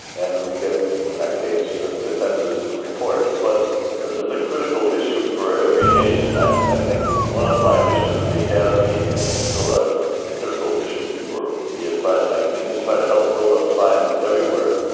and we get in that case a consensus report. but this is a critical issue for every nation. i think one of my missions at the academy and ah still i think a critical mission for me at science magazine, is try to help build up science everywhere.